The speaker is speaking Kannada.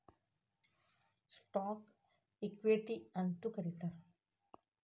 ಸ್ಟಾಕ್ನ ಇಕ್ವಿಟಿ ಅಂತೂ ಕರೇತಾರ